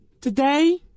Today